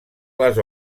les